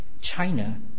China